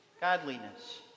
godliness